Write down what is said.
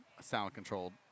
sound-controlled